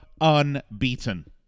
unbeaten